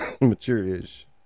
Mature-ish